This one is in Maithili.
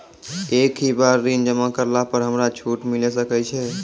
एक ही बार ऋण जमा करला पर हमरा छूट मिले सकय छै?